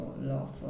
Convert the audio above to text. love